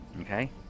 Okay